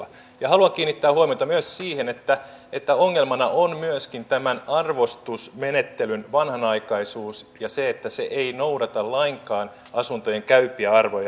haluan kiinnittää huomiota myös siihen että ongelmana on myöskin tämän arvostusmenettelyn vanhanaikaisuus ja se että se ei noudata lainkaan asuntojen käypiä arvoja